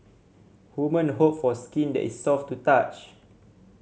women hope for skin that is soft to touch